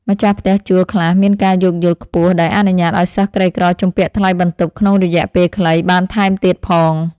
ម្ចាស់ផ្ទះជួលខ្លះមានការយោគយល់ខ្ពស់ដោយអនុញ្ញាតឱ្យសិស្សក្រីក្រជំពាក់ថ្លៃបន្ទប់ក្នុងរយៈពេលខ្លីបានថែមទៀតផង។